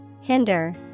Hinder